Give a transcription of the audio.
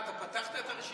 אה, אתה פתחת את הרשימה.